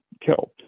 killed